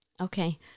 Okay